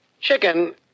Chicken